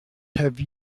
have